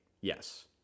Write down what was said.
Yes